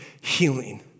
healing